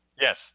Yes